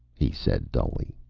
he said dully.